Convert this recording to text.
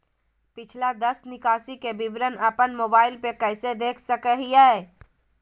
पिछला दस निकासी के विवरण अपन मोबाईल पे कैसे देख सके हियई?